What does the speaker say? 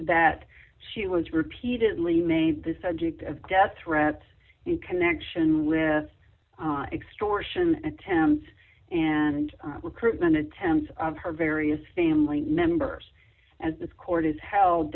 that she was repeatedly made the subject of death threats in connection with extortion and thames and recruitment attempts of her various family members as this court is held